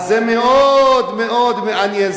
זה מאוד מאוד מעניין.